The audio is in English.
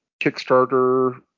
Kickstarter